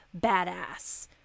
badass